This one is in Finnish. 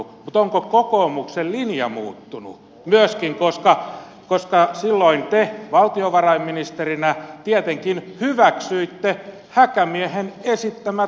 mutta onko kokoomuksen linja muuttunut myöskin koska silloin te valtiovarainministerinä tietenkin hyväksyitte häkämiehen esittämät lisämäärärahat